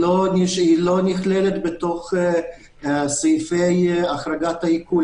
לא נכללת בסעיפי החרגת העיקול.